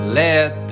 let